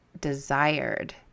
desired